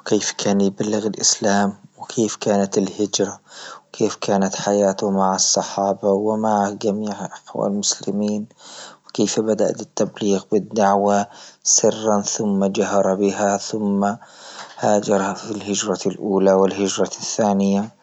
وكيف كان يبلغ الاسلام وكيف كانت الهجرة، وكيف كانت حياته مع الصحابة ومع الجميع والمسلمين، وكيف بدأ التبليغ بالدعوة سرا ثم جهر بها ثم هاجر في الهجرة الاولى والهجرة الثانية.